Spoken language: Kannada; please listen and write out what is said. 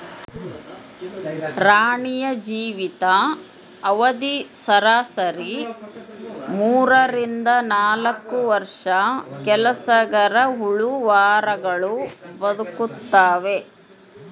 ರಾಣಿಯ ಜೀವಿತ ಅವಧಿ ಸರಾಸರಿ ಮೂರರಿಂದ ನಾಲ್ಕು ವರ್ಷ ಕೆಲಸಗರಹುಳು ವಾರಗಳು ಬದುಕ್ತಾವೆ